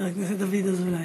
או חבר הכנסת דוד אזולאי,